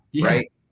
right